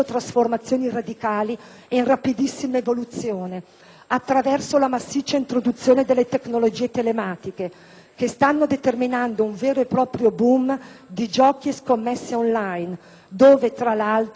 attraverso la massiccia introduzione delle tecnologie telematiche, che stanno determinando un vero e proprio boom di giochi e scommesse *on line* dove, tra l'altro, pullulano siti di scommesse non autorizzati.